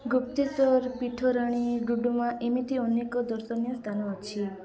ଗୁପ୍ତେଶ୍ୱର ପିଠରାଣୀ ଡୁଡ଼ୁମା ଏମିତି ଅନେକ ଦର୍ଶନୀୟ ସ୍ଥାନ ଅଛି